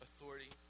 authority